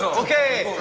okay,